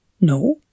No